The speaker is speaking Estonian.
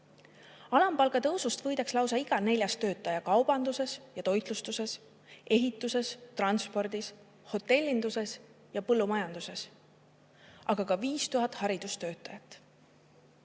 Alampalga tõusust võidaks lausa iga neljas töötaja kaubanduses ja toitlustuses, ehituses, transpordis, hotellinduses ja põllumajanduses, aga ka 5000 haridustöötajat.